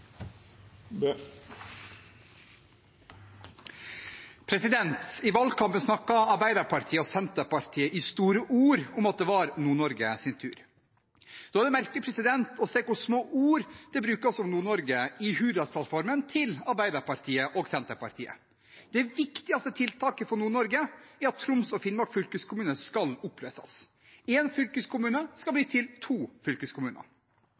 I valgkampen snakket Arbeiderpartiet og Senterpartiet i store ord om at det var Nord-Norges tur. Da er det merkelig å se hvor små ord som brukes om Nord-Norge i Hurdalsplattformen til Arbeiderpartiet og Senterpartiet. Det viktigste tiltaket for Nord-Norge er at Troms og Finnmark fylkeskommune skal oppløses. Én fylkeskommune skal bli til to fylkeskommuner.